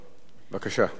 בבקשה, גברתי.